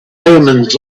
omens